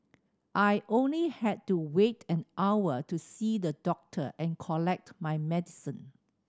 I only had to wait an hour to see the doctor and collect my medicine